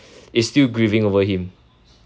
is still grieving over him